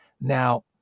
Now